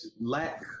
lack